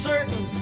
Certain